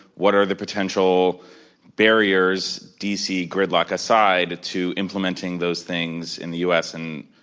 what are the potential barriers d. c. gridlock aside to implementing those things in the u. s. and